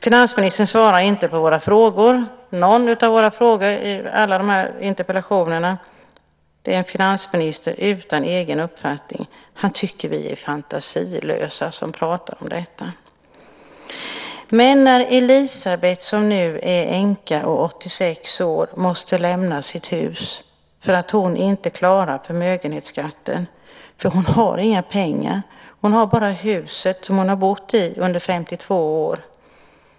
Finansministern svarade inte på några av frågorna i alla våra interpellationer. Det är en finansminister utan egen uppfattning. Han tycker att vi är fantasilösa som pratar om detta. Men Elisabet, som nu är änka och 86 år, måste lämna sitt hus för att hon inte klarar förmögenhetsskatten. Hon har inga pengar. Hon har bara huset som hon har bott i under 52 år.